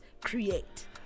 create